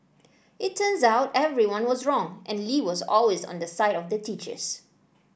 it turns out everyone was wrong and Lee was always on the side of the teachers